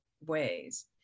ways